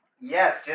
Yes